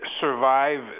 survive